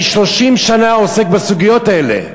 אני 30 שנה עוסק בסוגיות האלה,